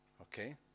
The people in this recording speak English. okay